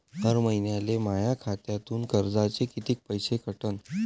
हर महिन्याले माह्या खात्यातून कर्जाचे कितीक पैसे कटन?